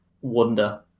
wonder